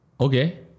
Okay